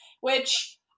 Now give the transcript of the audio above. which-